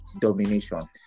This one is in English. domination